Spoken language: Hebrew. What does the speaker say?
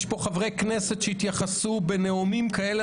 יש פה חברי כנסת שהתייחסו בנאומים כאלה